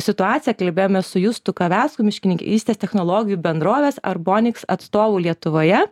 situaciją kalbėjome su justu kavecku miškininkystės technologijų bendrovės arbonics atstovu lietuvoje